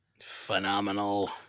Phenomenal